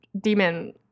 demon